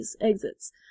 exits